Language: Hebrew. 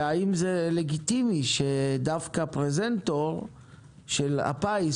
האם זה לגיטימי שדווקא פרזנטור של הפיס,